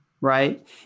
right